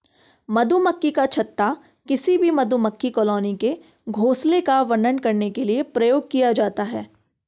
मधुमक्खी का छत्ता किसी भी मधुमक्खी कॉलोनी के घोंसले का वर्णन करने के लिए प्रयोग किया जाता है